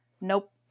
Nope